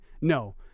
no